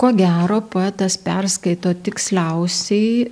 ko gero poetas perskaito tiksliausiai